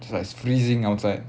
it's like it's freezing outside